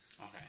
Okay